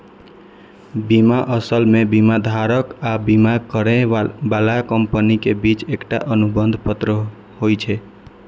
बीमा असल मे बीमाधारक आ बीमा करै बला कंपनी के बीच एकटा अनुबंध पत्र होइ छै